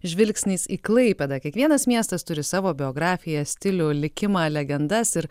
žvilgsnis į klaipėdą kiekvienas miestas turi savo biografiją stilių likimą legendas ir